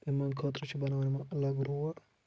یِمَن خٲطرٕ چھُ بَناوُن یِمَن اَلَگ روڈ